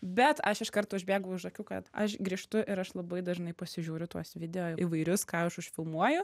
bet aš iš karto užbėgu už akių kad aš grįžtu ir aš labai dažnai pasižiūriu tuos video įvairius ką aš užfilmuoju